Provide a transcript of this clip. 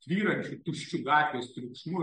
tvyrančiu tuščių gatvių triukšmu